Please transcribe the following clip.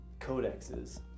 codexes